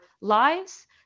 lives